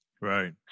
right